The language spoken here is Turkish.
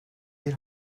bir